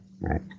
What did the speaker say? right